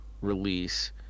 release